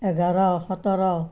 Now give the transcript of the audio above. এঘাৰ সোতৰ